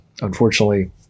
unfortunately